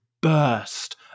burst